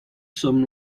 some